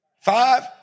Five